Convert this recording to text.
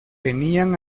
tenían